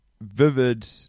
vivid